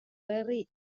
herri